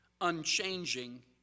unchanging